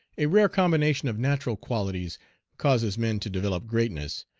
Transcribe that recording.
a rare combination of natural qualities causes men to develop greatness.